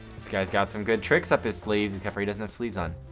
this guys got some good tricks up his sleeve, except for he doesn't have sleeves on,